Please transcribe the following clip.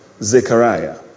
Zechariah